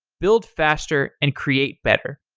build faster and create better.